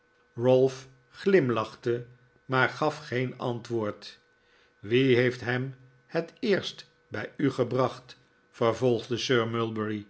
ralph glimlachte weer maar gaf geen antwoord wie heeft hem het eerst bij u gebracht vervolgde